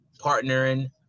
partnering